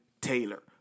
Taylor